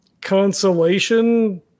consolation